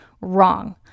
wrong